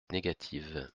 négative